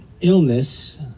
illness